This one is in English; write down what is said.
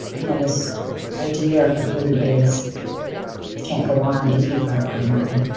you know, this idea of who he is can't go on if you've got a white mom